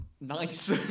nice